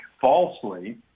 falsely